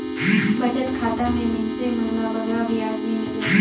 बचत खाता में मइनसे मन ल बगरा बियाज नी मिले